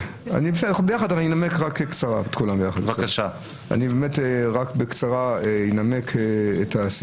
ביחד, רק אנמק את כולן ביחד בקצרה.